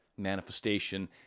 manifestation